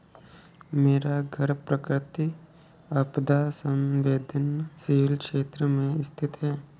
मेरा घर प्राकृतिक आपदा संवेदनशील क्षेत्र में स्थित है